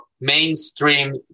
mainstream